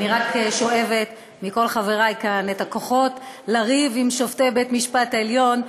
אני שואבת מכל חבריי כאן את הכוחות לריב עם שופטי בית משפט עליון,